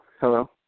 Hello